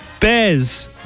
Bez